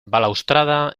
balaustrada